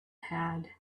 had